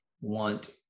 want